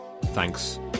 thanks